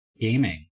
gaming